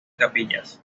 capillas